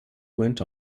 went